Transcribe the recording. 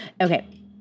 Okay